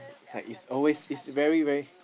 like is always is very very